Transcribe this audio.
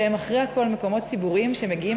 שהם אחרי הכול מקומות ציבוריים שמגיעים